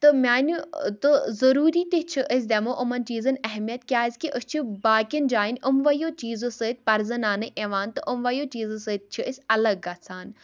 تہٕ میٛانہِ تہٕ ضروٗری تہِ چھِ أسۍ دِمو یِمَن چیٖزَن اہمیت کیٛازِکہِ أسۍ چھِ باقِیَن جایَن یِموٕے چیٖزو سۭتۍ پَرٛزَناونہٕ اِوان تہٕ یِموٕے چیٖزو سۭتۍ چھِ أسۍ الگ گژھان